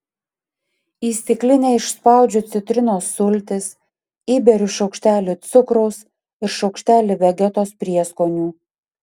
į stiklinę išspaudžiu citrinos sultis įberiu šaukštelį cukraus ir šaukštelį vegetos prieskonių